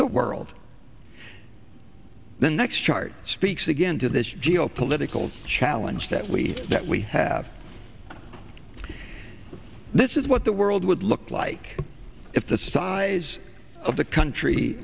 the world the next chart speaks again to this geopolitical challenge that we that we have this is what the world would look like if the size of the country